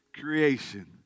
creation